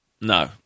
No